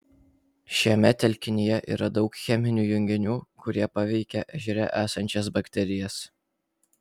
šiame telkinyje yra daug cheminių junginių kurie paveikia ežere esančias bakterijas